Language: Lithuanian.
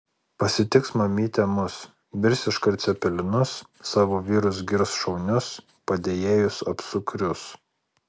pasitiks mamytė mus virs iškart cepelinus savo vyrus girs šaunius padėjėjus apsukrius